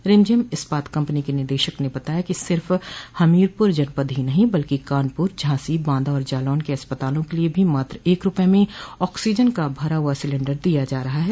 रिमझिम इस्पात कम्पनी के निदेशक ने बताया कि सिर्फ हमीरपुर जनपद ही नहीं बल्कि कानपुर झांसी बाँदा और जालौन के अस्पतालों के लिये भी मात्र एक रुपये में आक्सीजन का भरा हुआ सिलेंडर दिया जा रहा है